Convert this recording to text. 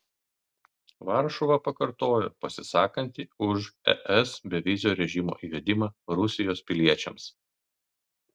varšuva pakartojo pasisakanti už es bevizio režimo įvedimą rusijos piliečiams